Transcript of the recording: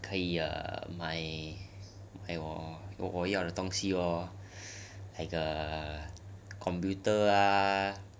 可以买我要的东西 loh ah 还有一个 computer ah